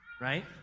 right